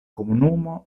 komunumo